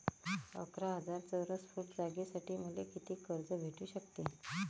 अकरा हजार चौरस फुट जागेसाठी मले कितीक कर्ज भेटू शकते?